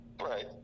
Right